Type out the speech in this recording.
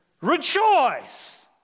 Rejoice